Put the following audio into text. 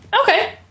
Okay